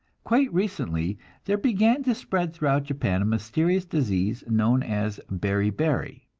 quite recently there began to spread throughout japan a mysterious disease known as beri-beri.